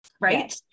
right